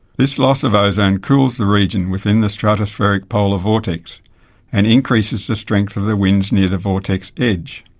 this loss of ozone cools the region within the stratospheric polar vortex and increases the strength of the winds near the vortex edge.